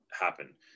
happen